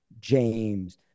James